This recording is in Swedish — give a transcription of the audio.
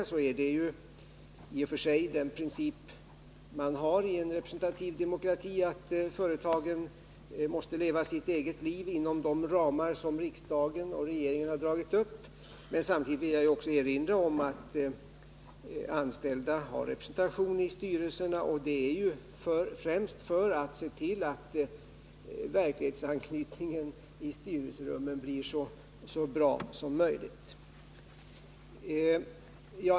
Jag vill då säga att detta i och för sig är den princip man har i en representativ demokrati. Företagen måste leva sitt eget liv inom de ramar som riksdagen och regeringen har dragit upp. Men jag vill samtidigt erinra om att de anställda har representation i styrelserna, främst därför att man vill se till att verklighetsanknytningen i styrelserummen blir så bra som möjligt.